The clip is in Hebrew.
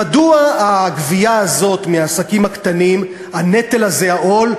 מדוע הגבייה הזאת מעסקים קטנים, הנטל הזה, העול?